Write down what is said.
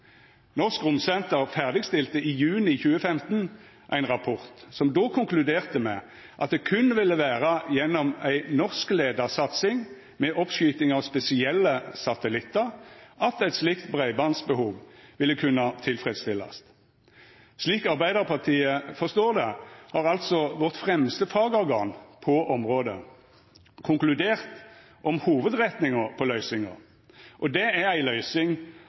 Norsk Romsenter ferdigstilte i juni 2015 ein rapport, som då konkluderte med at det berre ville vera gjennom ei norskleia satsing med oppskyting av spesielle satellittar at eit slikt breibandsbehov ville kunna tilfredsstillast. Slik Arbeidarpartiet forstår det, har altså vårt fremste fagorgan på området konkludert om hovudretninga på løysinga. Det er ei løysing